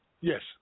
Yes